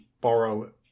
borrow